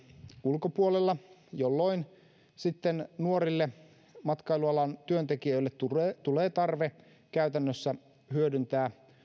ulkopuolella jolloin nuorille matkailualan työntekijöille tulee tulee tarve käytännössä hyödyntää